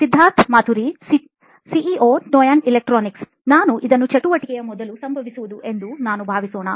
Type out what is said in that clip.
Siddharth Maturi CEO ನೋಯಿನ್ electronics ನಾವು ಇದನ್ನು ಚಟುವಟಿಕೆಯ ಮೊದಲು ಸಂಭವಿಸುವುದು ಎಂದು ನಾನು ಭಾವಿಸೋಣ